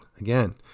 Again